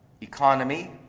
Economy